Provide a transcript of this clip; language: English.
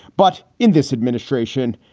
but in this administration,